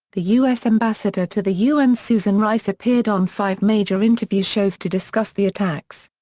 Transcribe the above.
the u s. ambassador to the u n. susan rice appeared on five major interview shows to discuss the attacks.